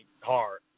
hard